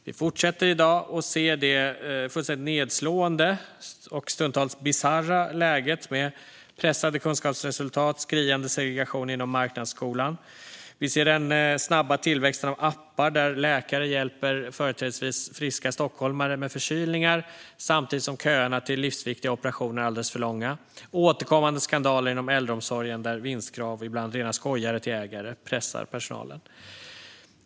Vi fortsätter i dag att se det fullständigt nedslående och stundtals bisarra läget med pressade kunskapsresultat och skriande segregation inom marknadsskolan. Vi ser den snabba tillväxten av appar där läkare hjälper företrädesvis friska stockholmare med förkylningar samtidigt som köerna till livsviktiga operationer är alldeles för långa. Vi ser återkommande skandaler inom äldreomsorgen där vinstkrav och ibland rena skojare till ägare pressar personalen.